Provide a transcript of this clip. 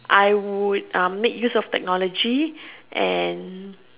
I would make use of technology and